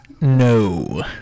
no